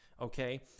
okay